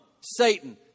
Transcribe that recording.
Satan